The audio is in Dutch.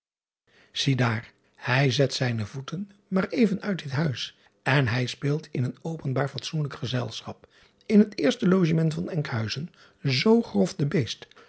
iedaar hij zet zijne voeten maar even uit dit huis en hij speelt in een openbaar fatsoenlijk gezelschap in het eerste logement van nkhuizen zoo grof den beest